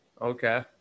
okay